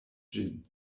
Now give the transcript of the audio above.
ĝin